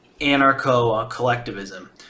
anarcho-collectivism